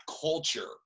culture